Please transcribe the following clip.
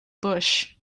bush